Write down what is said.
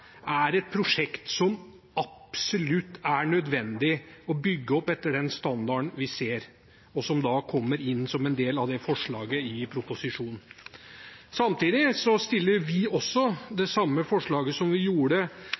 er et prosjekt som det er absolutt nødvendig å bygge opp etter den standarden vi ser, og som kommer inn som en del av forslaget i proposisjonen. Vi fremmer det samme forslaget som vi gjorde